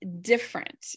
different